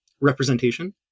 representation